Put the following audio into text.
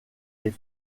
est